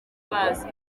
bazi